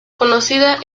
conocida